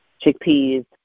chickpeas